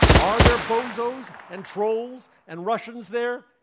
are there bozos, and trolls, and russians there?